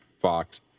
fox